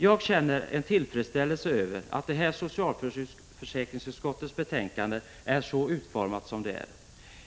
Jag känner tillfredsställelse över att det här betänkandet från socialförsäkringsutskottet är utformat som det är.